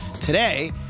Today